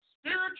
spiritual